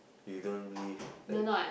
you don't believe that